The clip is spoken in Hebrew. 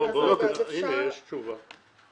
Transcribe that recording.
מלחמות הירושה.